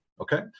okay